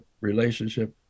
relationship